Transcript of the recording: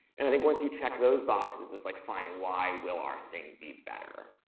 and i think once you check those boxes, it's like fine, why will our thing be better?